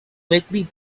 quickly